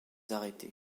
arrêté